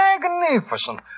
magnificent